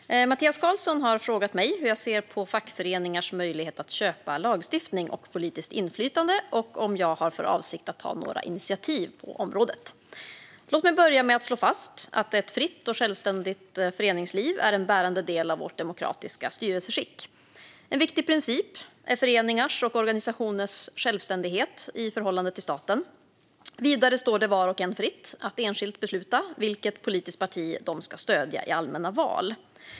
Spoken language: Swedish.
Fru talman! Mattias Karlsson har frågat mig hur jag ser på fackföreningarnas möjlighet att köpa lagstiftning och politiskt inflytande och om jag har för avsikt att ta några initiativ på området. Låt mig börja med att slå fast att ett fritt och självständigt föreningsliv är en bärande del av vårt demokratiska styrelseskick. En viktig princip är föreningars och organisationers självständighet i förhållande till staten. Vidare står det var och en fritt att enskilt besluta vilket politiskt parti de ska stödja i allmänna val.